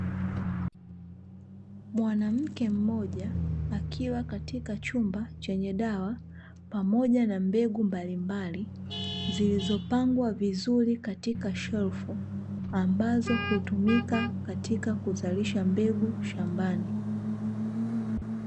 Mwanamke mmoja akiwa katika chumba chenye dawa pamoja na mbegu mbalimbali zilizopangwa vizuri katika shelfu ambazo hutumika katika kuzalisha mbegu shambani.